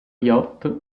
yacht